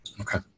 Okay